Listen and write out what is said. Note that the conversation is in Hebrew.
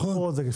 יש מקומות שפחות,